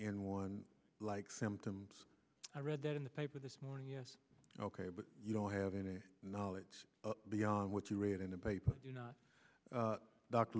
n one like symptoms i read that in the paper this morning yes ok but you don't have any knowledge beyond what you read in the paper